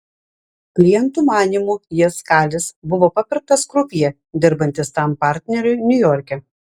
klientų manymu jis kalis buvo papirktas krupjė dirbantis tam partneriui niujorke